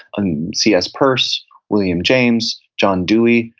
and c s. peirce, william james, john dewey,